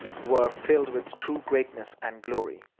were filled with true greatness and glory.